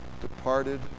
departed